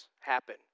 happen